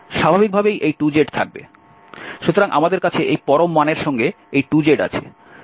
সুতরাং আমাদের কাছে এই পরম মানের সঙ্গে এই 2z আছে